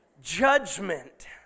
Judgment